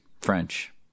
French